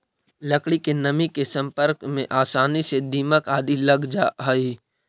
लकड़ी में नमी के सम्पर्क में आसानी से दीमक आदि लग जा हइ